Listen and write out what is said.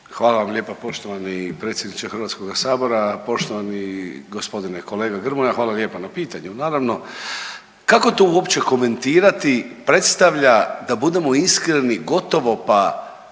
Hvala vam lijepa poštovani predsjedniče Hrvatskoga sabora, poštovani gospodine kolega Grmoja hvala lijepa na pitanju. Naravno kako to uopće komentirati predstavlja, da budemo iskreni gotovo pa